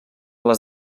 les